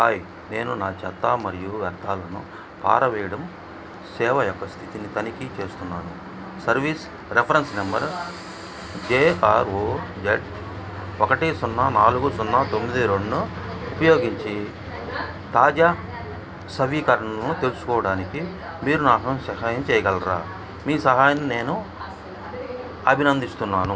hi నేను నా చెత్త మరియు వ్యర్థాలను పారవేయడం సేవ యొక్క స్థితిని తనిఖీ చేస్తున్నాను సర్వీస్ రెఫరెన్స్ నంబర్ జెఆర్ఓజెడ్ ఒకటి సున్నా నాలుగు సున్నా తొమ్మిది రెండును ఉపయోగించి తాజా నవీకరణలను తెలుసుకోవడానికి మీరు నాకు సహాయం చేయగలరా మీ సహాయాన్ నేను అభినందిస్తున్నాను